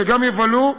שגם יבלו,